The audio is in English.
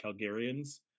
Calgarians